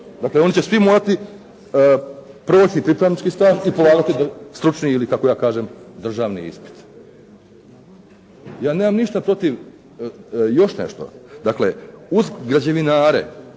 Dakle oni će svi morati proći pripravnički staž i polagati stručni ili kako ja kažem državni ispit. Ja nemam ništa protiv, još nešto. Dakle uz građevinare